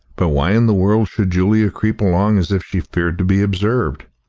but why in the world should julia creep along as if she feared to be observed?